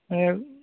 औ